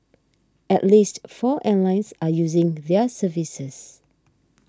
at least four airlines are using their services